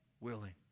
willing